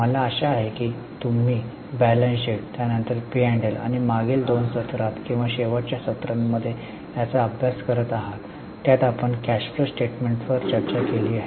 मला आशा आहे की तुम्ही बॅलन्स शीट त्यानंतर पी आणि एल आणि मागील दोन सत्रांत किंवा शेवटच्या सत्रांमध्ये याचा अभ्यास करत आहात त्यात आपण कॅश फ्लो स्टेटमेंटवर चर्चा केली आहे